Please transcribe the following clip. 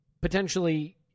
potentially